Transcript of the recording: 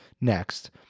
next